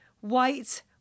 white